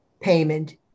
payment